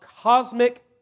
cosmic